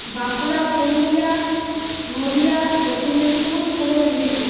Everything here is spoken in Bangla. বাঁকুড়া পুরুলিয়া নদীয়া পশ্চিম মেদিনীপুর পূর্ব মেদনীপুর